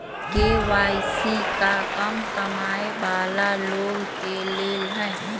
KYC का कम कमाये वाला लोग के लेल है?